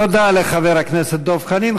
תודה לחבר הכנסת דב חנין.